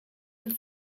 and